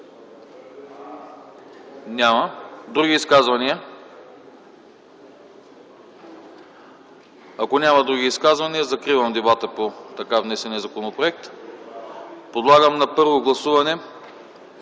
Няма. Други изказвания? Ако няма други изказвания, закривам дебата по така внесения законопроект. Подлагам на първо гласуване